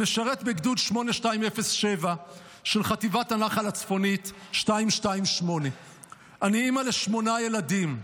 המשרת בגדוד 8207 של חטיבת הנח"ל הצפונית 228. אני אימא לשמונה ילדים,